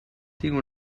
tinc